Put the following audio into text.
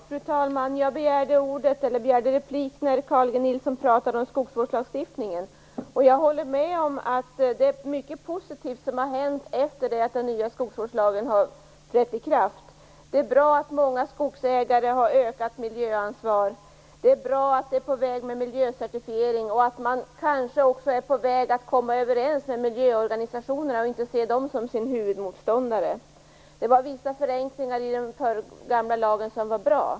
Fru talman! Jag begärde replik när Carl G Nilsson pratade om skogsvårdslagstiftningen. Jag håller med om att mycket positivt har hänt efter det att den nya skogsvårdslagen har trätt i kraft. Det är bra att många skogsägare har ett ökat miljöansvar. Det är bra att det är på gång med miljöcertifiering och att man kanske också är på väg att komma överens med miljöorganisationerna i stället för att se dem som sin huvudmotståndare. Vissa förenklingar av den gamla lagen var bra.